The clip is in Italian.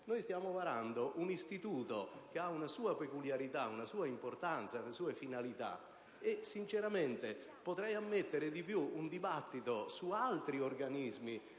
Noi stiamo varando un istituto che ha una sua peculiarità, una sua importanza e una sua finalità. Sinceramente potrei capire molto di più un dibattito come